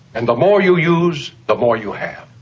and the more you use, the more you have.